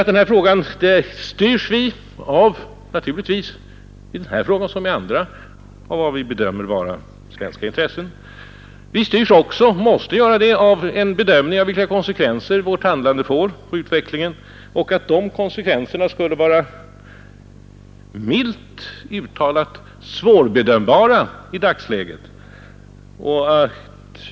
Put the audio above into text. I den här frågan, liksom i andra, styrs vi av vad vi bedömer vara svenska intressen. Vi måste också styras av en bedömning av vilka konsekvenser vårt handlande får på utvecklingen. Konsekvenserna av ett svenskt erkännande av DDR skulle vara milt sagt svårbedömbara i dagsläget.